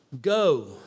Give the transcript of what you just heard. go